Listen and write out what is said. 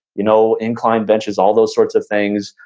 you know incline benches, all those sorts of things.